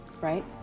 right